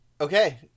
Okay